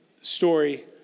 story